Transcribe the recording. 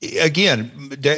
again